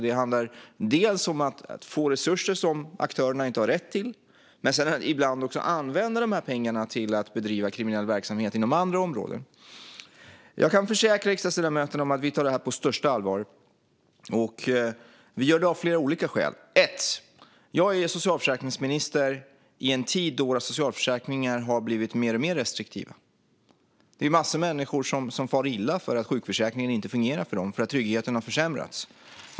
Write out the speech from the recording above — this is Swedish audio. Det handlar alltså dels om att få resurser som aktörerna inte har rätt till, dels ibland om att använda pengarna till att bedriva kriminell verksamhet inom andra områden. Jag kan försäkra riksdagsledamöterna om att vi tar det här på största allvar. Vi gör det av flera olika skäl. Det första jag vill nämna är att jag är socialförsäkringsminister i en tid då våra socialförsäkringar har blivit mer och mer restriktiva. Det är massor med människor som far illa för att sjukförsäkringen inte fungerar för dem och för att tryggheten har försämrats.